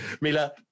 Mila